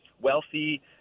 wealthy